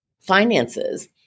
Finances